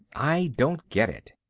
i don't get it.